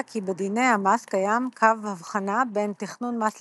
כי בדיני המס קיים קו הבחנה בין "תכנון מס לגיטימי"